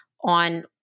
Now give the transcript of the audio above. on